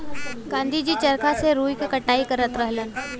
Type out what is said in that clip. गाँधी जी चरखा से रुई क कटाई करत रहलन